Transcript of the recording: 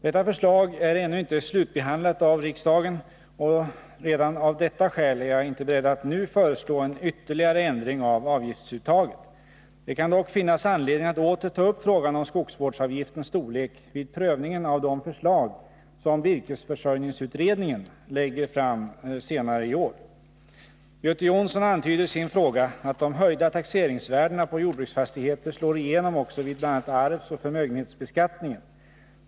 Detta förslag är ännu inte slutbehandlat av riksdagen, och redan av detta skäl är jag inte beredd att nu föreslå en ytterligare ändring av avgiftsuttaget. Det kan dock finnas anledning att åter ta upp frågan om skogsvårdsavgiftens storlek vid prövningen av de förslag som virkesförsörjningsutredningen lägger fram senare i år. Göte Jonsson antyder i sin fråga att de höjda taxeringsvärdena på jordbruksfastigheter slår igenom också vid bl.a. arvsoch förmögenhetsbe Nr 119 skattningen.